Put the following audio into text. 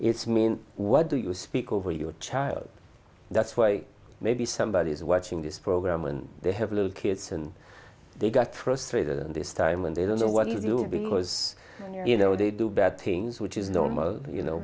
it's mean what do you speak over your child that's way maybe somebody is watching this program and they have little kids and they get frustrated and this time when they don't know what you do because you know they do bad things which is normal you know